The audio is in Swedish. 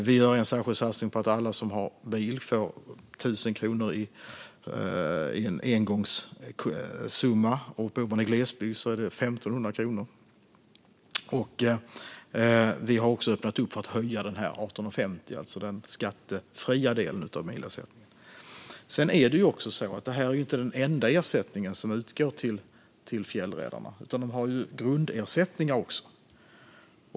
Vi gör också en särskild satsning där alla som har bil får 1 000 kronor som en engångssumma. Bor man i glesbygd är den 1 500 kronor. Vi har också öppnat för att höja den skattefria delen av milersättningen, det vill säga den som uppgår till 18,50. Sedan är ju detta inte den enda ersättning som utgår till fjällräddarna, utan de har grundersättningar också.